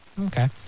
Okay